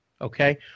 Okay